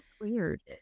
weird